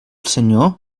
senyor